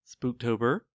Spooktober